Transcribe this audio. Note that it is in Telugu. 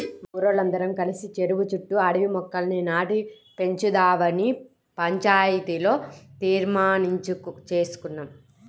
మా ఊరోల్లందరం కలిసి చెరువు చుట్టూ అడవి మొక్కల్ని నాటి పెంచుదావని పంచాయతీలో తీర్మానించేసుకున్నాం